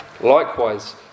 Likewise